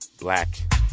Black